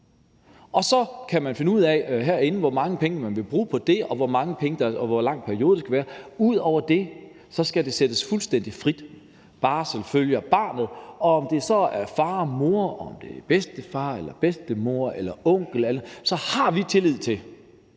Så kan man herinde finde ud af, hvor mange penge man vil bruge på det, og hvor lang en periode det skal være. Ud over det skal det sættes fuldstændig frit: Barsel følger barnet, og om det så er far, mor, bedstefar, bedstemor eller onkel, så har vi tillid til,